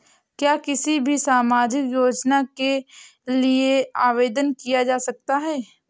क्या किसी भी सामाजिक योजना के लिए आवेदन किया जा सकता है?